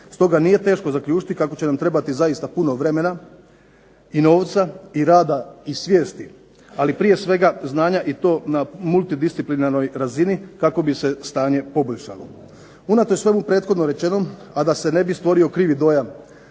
stoga nije teško zaključiti kako će nam trebati zaista puno vremena i novca i rada i svijesti ali prije svega znanja i to na multidisciplinarnoj razini kako bi se stanje poboljšalo. Unatoč tomu prethodno rečenom a da se ne bi stvorio krivi dojam,